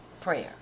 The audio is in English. prayer